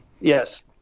Yes